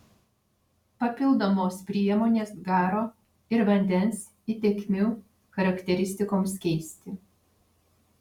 papildomos priemonės garo ir vandens įtekmių charakteristikoms keisti